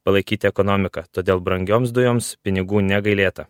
palaikyti ekonomiką todėl brangioms dujoms pinigų negailėta